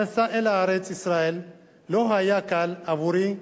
המסע לארץ-ישראל לא היה קל עבורי,